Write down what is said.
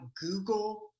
google